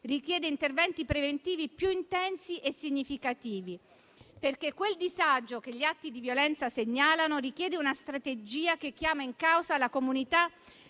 richiede interventi preventivi più intensi e significativi, perché il disagio che gli atti di violenza segnalano richiede una strategia che chiama in causa la comunità